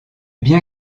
bien